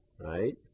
right